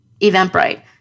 Eventbrite